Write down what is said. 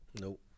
Nope